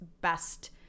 best